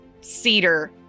cedar